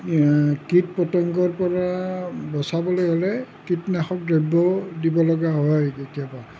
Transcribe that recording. কীট পতংগৰ পৰা বচাবলৈ হ'লে কীটনাশক দ্ৰব্য দিবলগীয়া হয় কেতিয়াবা